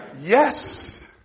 Yes